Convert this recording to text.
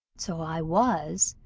so i was,